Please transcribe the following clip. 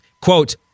Quote